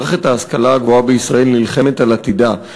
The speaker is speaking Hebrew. מערכת ההשכלה הגבוהה בישראל נלחמת על עתידה.